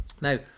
Now